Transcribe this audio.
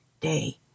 day